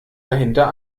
dahinter